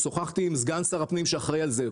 שוחחתי עם סגן שר הפנים שאחראי על זה.